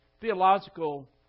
theological